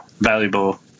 valuable